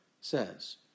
says